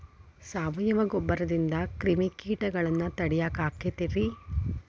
ಸಾವಯವ ಗೊಬ್ಬರದಿಂದ ಕ್ರಿಮಿಕೇಟಗೊಳ್ನ ತಡಿಯಾಕ ಆಕ್ಕೆತಿ ರೇ?